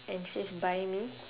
and it says buy me